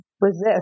resist